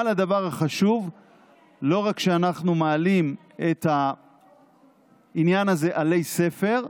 אבל הדבר החשוב הוא לא רק שאנחנו מעלים את העניין הזה עלי ספר,